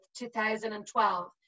2012